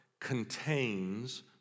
contains